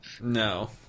no